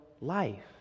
life